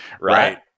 Right